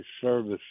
service